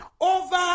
over